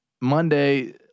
Monday